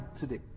today